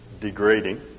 degrading